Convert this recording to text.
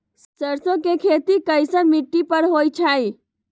सरसों के खेती कैसन मिट्टी पर होई छाई?